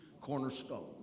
cornerstone